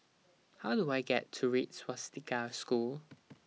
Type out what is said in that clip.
How Do I get to Red Swastika School